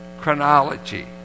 chronology